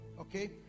okay